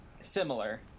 Similar